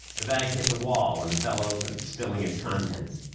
the bag hit the wall and fell open, spilling its contents.